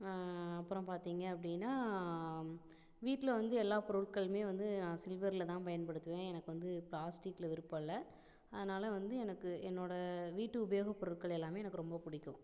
அப்புறம் பார்த்தீங்க அப்படின்னா வீட்டில வந்து எல்லா பொருட்களுமே வந்து நான் சில்வர்லதான் பயன்படுத்துவேன் எனக்கு வந்து பிளாஸ்டிக்ல விருப்பம் இல்லை அதனால் வந்து எனக்கு என்னோடய வீட்டு உபயோகப் பொருட்கள் எல்லாமே எனக்கு ரொம்ப பிடிக்கும்